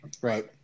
Right